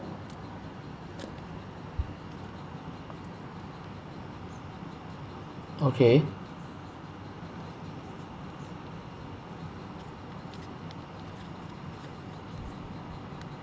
okay